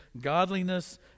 godliness